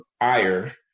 ire